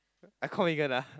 I call Megan ah